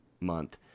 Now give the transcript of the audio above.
month